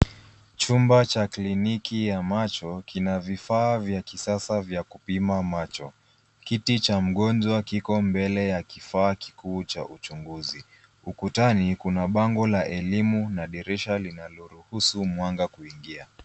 Chumba cha kliniki ya macho kina vifaa vya kisasa vya kupima macho. Kiti cha mgonjwa kiko mbele ya kifaa kikuu cha uchunguzi. Ukutani kuna bango la elimu na dirisha linaloruhusu mwanga kuingia.